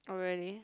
oh really